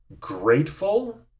grateful